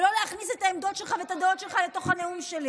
ולא להכניס את העמדות שלך ואת הדעות שלך לתוך הנאום שלי.